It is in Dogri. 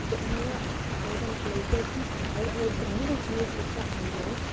ते मिगी लगदा एह्दा मतलब इ'यै जे अगर ग्रांऽ बिच्च बी एह् चीजां आई जाह्न